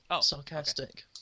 sarcastic